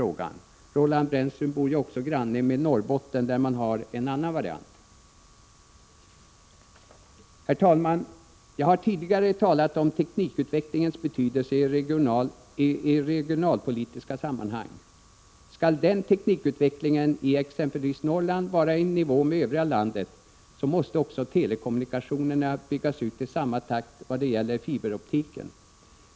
Roland Brännström 21 maj 1987 bor ju också granne med Norrbotten, där man har en annan variant. := Herr talman! Jag har tidigare talat om teknikutvecklingens betydelse i Regionalpolitiken regionalpolitiska sammanhang. Skall den teknikutvecklingen i exempelvis Norrland vara i nivå med övriga landet, så måste också telekommunikationerna byggas ut i samma takt i vad gäller fiberoptiken.